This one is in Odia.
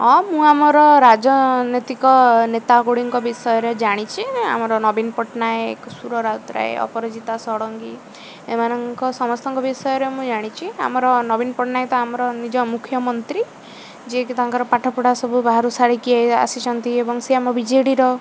ହଁ ମୁଁ ଆମର ରାଜନୈତିକ ନେତା ଗୁଡ଼ିକ ବିଷୟରେ ଜାଣିଛି ଆମର ନବୀନ ପଟ୍ଟନାୟକ ସୁର ରାଉତରାୟ ଅପରଜିତା ଷଡ଼ଙ୍ଗୀ ଏମାନଙ୍କ ସମସ୍ତଙ୍କ ବିଷୟରେ ମୁଁ ଜାଣିଛି ଆମର ନବୀନ ପଟ୍ଟନାୟକ ତ ଆମର ନିଜ ମୁଖ୍ୟମନ୍ତ୍ରୀ ଯିଏକି ତାଙ୍କର ପାଠପଢ଼ା ସବୁ ବାହାରୁ ସାରିକି ଆସିଛନ୍ତି ଏବଂ ସିଏ ଆମ ବିଜେଡ଼ିର